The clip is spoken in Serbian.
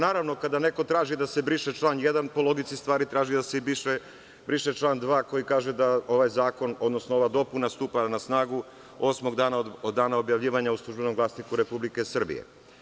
Naravno, kada neko traži da se briše član 1, po logici stvari traži da se briše član 2. koji kaže da ovaj zakon, odnosno ova dopuna stupa na snagu osmog dana od dana objavljivanja u „Službenom glasniku RS“